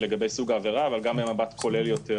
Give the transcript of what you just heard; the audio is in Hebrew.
לגבי סוג העבירה אבל גם במבט כולל יותר,